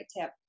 tip